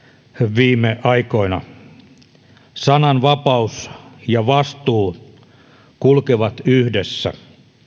viime aikoina sananvapaus ja vastuu kulkevat yhdessä